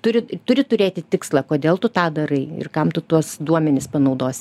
turi turi turėti tikslą kodėl tu tą darai ir kam tu tuos duomenis panaudosi